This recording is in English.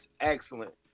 excellent